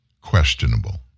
questionable